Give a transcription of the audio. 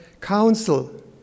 council